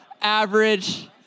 average